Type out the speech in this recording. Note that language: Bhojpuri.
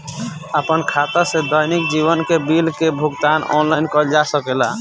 आपन खाता से दैनिक जीवन के बिल के भुगतान आनलाइन कइल जा सकेला का?